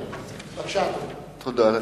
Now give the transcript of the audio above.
בבקשה, אדוני.